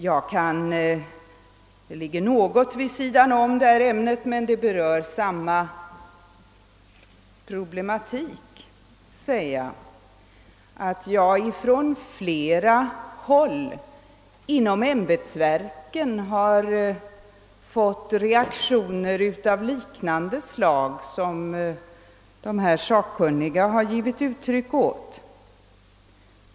Jag kan säga — det ligger litet vid sidan om detta ämne, men det berör samma problematik — att jag från flera håll inom ämbetsverken har mött reaktioner av liknande slag som dessa sakkunniga har givit uttryck åt.